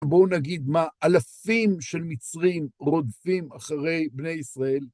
בואו נגיד מה אלפים של מצרים רודפים אחרי בני ישראל.